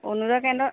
অৰুণোদৰ কেন্দ্ৰ